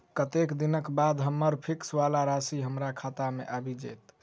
कत्तेक दिनक बाद हम्मर फिक्स वला राशि हमरा खाता मे आबि जैत?